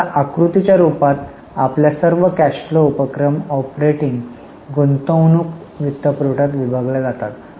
तर आता आकृतीच्या रूपात आपल्या सर्व कॅश फ्लो उपक्रम ऑपरेटिंग गुंतवणूक वित्तपुरवठ्यात विभागल्या आहेत